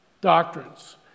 doctrines